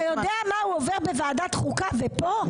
אתה יודע מה הוא עובר בוועדת חוקה ופה?